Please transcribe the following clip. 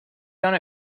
done